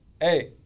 Hey